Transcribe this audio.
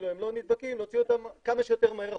הם לא נדבקים, להוציא אותם כמה שיותר מהר החוצה,